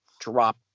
drop